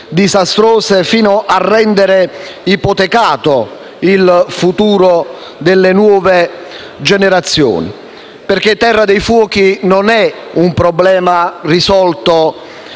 disastrose fino a rendere ipotecato il futuro delle nuove generazioni. Quello della terra dei fuochi, infatti, non è un problema risolto